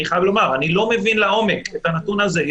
אני לא מבין לעומק את הנתון הזה.